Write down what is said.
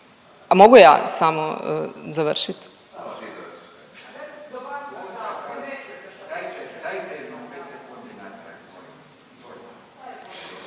mogu ja samo završit?